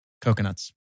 Coconuts